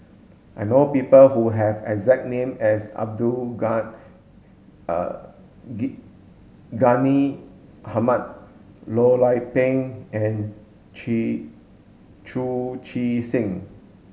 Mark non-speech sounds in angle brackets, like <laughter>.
I know people who have exact name as Abdul <unintelligible> Hamid Loh Lik Peng and <unintelligible> Chu Chee Seng